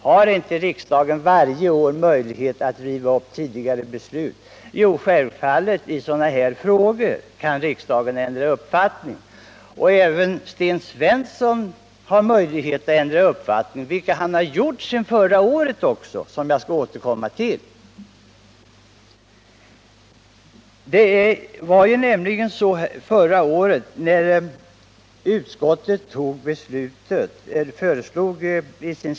Har då inte riksdagen möjlighet att när som helst riva upp beslut som fattats tidigare år? Jo, självfallet kan riksdagen ändra uppfattning i sådana här frågor. Även Sten Svensson har möjlighet att ändra uppfattning, och det har han också gjort sedan förra året, vilket jag skall återkomma till. Utskottet avgav förra året ett betänkande med anledning av den då framlagda propositionen om beskattningen av automatspel.